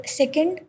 second